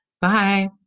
Bye